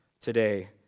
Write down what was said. today